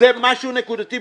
זה משהו נקודתי.